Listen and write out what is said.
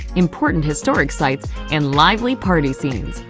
important historic sites and lively party scenes.